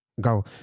Go